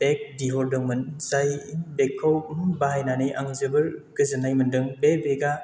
बेग बिहरदोंमोन जाय बेगखौ बाहायनानै आं जोबोर गोजोननाय मोनदों बे बेगआ